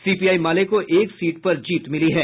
CPI माले को एक सीट पर जीत मिली है